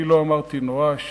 אני לא אמרתי נואש,